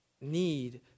need